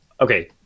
okay